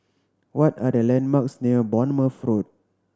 what are the landmarks near Bournemouth Road